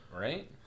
right